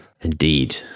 Indeed